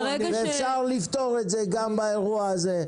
אפשר לפתור את זה גם באירוע הזה.